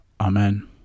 Amen